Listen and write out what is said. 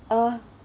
uh